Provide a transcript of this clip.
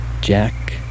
Jack